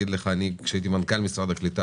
כשהייתי מנכ"ל משרד הקליטה